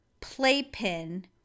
playpen